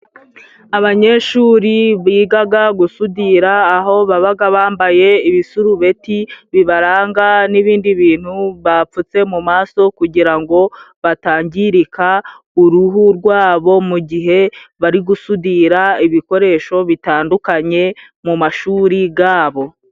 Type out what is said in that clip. Abanyeshuri bigaga gusudira, aho babaga bambaye ibisurubeti bibaranga n'ibindi bintu bapfutse mu maso, kugirango batangirika uruhu rwabo, mu gihe bari gusudira ibikoresho bitandukanye mu mashuri gabo.